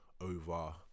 Over